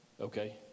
okay